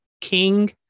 king